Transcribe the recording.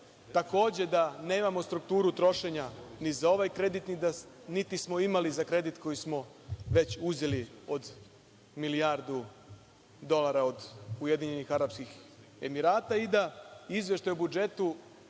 Takođe, da nemamo strukturu trošenja ni za ovaj kredit, niti smo imali za kredit koji smo već uzeli od milijardu dolara od Ujedinjenih Arapskih Emirata i da izveštaj o budžetu